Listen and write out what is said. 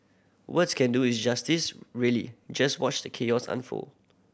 words can do it justice really just watch the chaos unfold